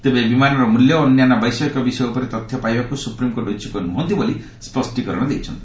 ତେବେ ବିମାନର ମୂଲ୍ୟ ଓ ଅନ୍ୟାନ୍ୟ ବୈଷୟିକ ବିଷୟ ଉପରେ ତଥ୍ୟ ପାଇବାକୁ ସୁପ୍ରିମକୋର୍ଟ ଇଚ୍ଛୁକ ନୁହଁନ୍ତି ବୋଲି ସ୍ୱଷ୍ଟିକରଣ ଦେଇଛନ୍ତି